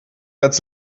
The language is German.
als